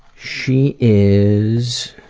she is